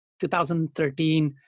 2013